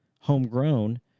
homegrown